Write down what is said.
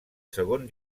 segon